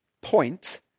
point